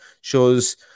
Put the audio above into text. shows